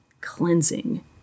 Cleansing